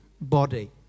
body